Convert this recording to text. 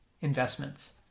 investments